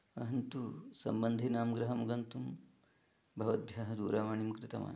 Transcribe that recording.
अहं तु सम्बन्धिनां गृहं गन्तुं भवद्भ्यः दूरवाणीं कृतवान्